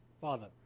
father